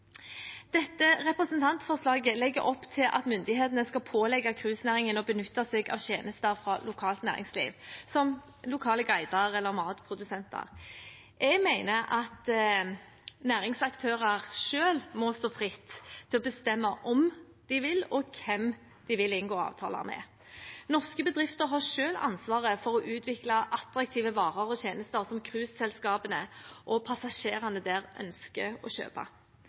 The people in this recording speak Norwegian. Dette representantforslaget legger opp til at myndighetene skal pålegge cruisenæringen å benytte seg av tjenester fra lokalt næringsliv, som lokale guider eller matprodusenter. Jeg mener at næringsaktører selv må stå fritt til å bestemme om – og med hvem – de vil inngå avtaler. Norske bedrifter har selv ansvaret for å utvikle attraktive varer og tjenester som cruiseselskapene og passasjerene deres ønsker å kjøpe.